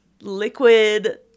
Liquid